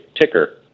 ticker